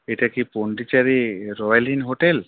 এটা কি Pondicherry royal inn hotel